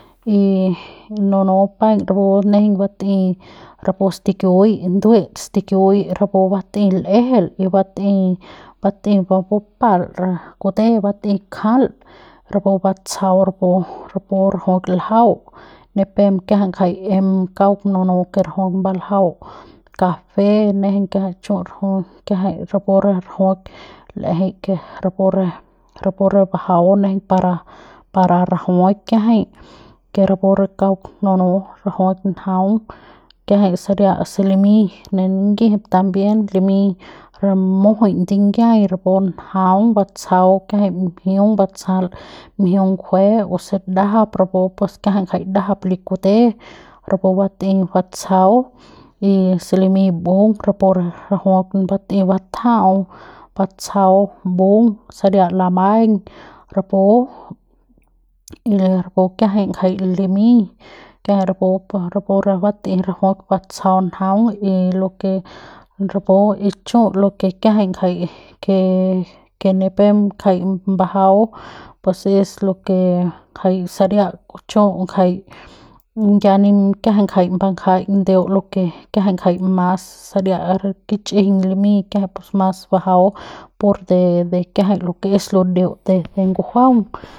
Y nunu paiñ rapu nejeiñ batei rapu stikiui nduet stikiui rapu batei l'ejel y batei batei rapu bupal re kute batei kjal rapu batsjau rapu rajuik ljau ni pep kiajai ngjai em kauk nunu ke rajuik mbaljau café nejeiñ kiajai chu' rapu kiajai rapu re rajuik l'ejei ke rapu re rapu re bajau nejeiñ para para rajuik kiajai ke rapu re kauk nunu rajuik njaung kiajai saria se limiñ ne ningijip también limiñ re mujui tingiau rapu njuang batsjau kiajai mjiung batei batsjal mjiung ngjue rapu se ndajap rapu pus kiajai jai ndajap li kute rapu bat'ei batsjau y si limiñ mbung rapu rajuik bat'ei batja'au batsjau mbung saria lamaiñ rapu y rapu kiajai jai limiñ kiajai rapu rapu re bat'ei rajuik batsjau njaung y lo ke rapu y chu ke kiajai ngja ke ke ni pep ngjai mbajau pues lo ke ngjai saria chu ngjai ya ni ker ngjai kiajai ngjai ndeu ke kiajai mas saria kich'ijiñ limiñ pus kiajai mas bajau pur de kiajai lo ke es ludeut de de ngujuaung.